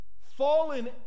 fallen